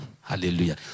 Hallelujah